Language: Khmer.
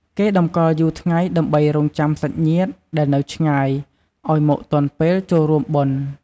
គេតម្កល់យូរថ្ងៃដើម្បីរង់ចាំសាច់ញាតិដែលនៅឆ្ងាយឱ្យមកទាន់ពេលចូលរួមបុណ្យ។